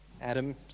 Adam